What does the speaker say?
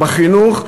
בחינוך,